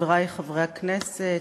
חברי חברי הכנסת,